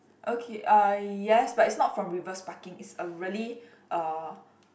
okay uh yes but it's not from reverse parking it's a really uh